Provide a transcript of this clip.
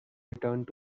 returned